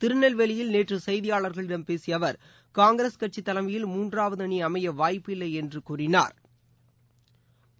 திருநெல்வேலியில் நேற்றுசெய்தியாளா்களிடம் பேசியஅவர் காங்கிரஸ் கட்சிதலையில் மூன்றாவதுஅணிஅமையவாய்ப்பில்லைஎன்றுகூறினாா்